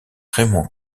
raymond